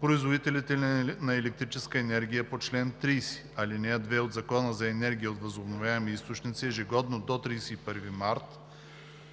Производителите на електрическа енергия по чл. 30, ал. 2 от Закона за енергията от възобновяеми източници ежегодно до 31 март: